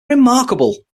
remarkable